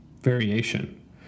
variation